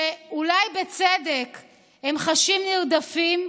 שאולי בצדק הם חשים נרדפים,